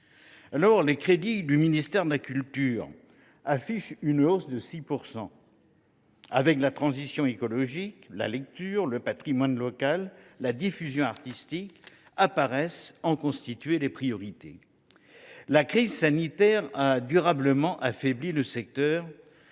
Les crédits du ministère de la culture affichent une hausse de 6 %. Aux côtés de la transition écologique, la lecture, le patrimoine local et la diffusion artistique paraissent en constituer les priorités. La crise sanitaire a durablement affaibli le secteur,